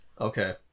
Okay